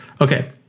Okay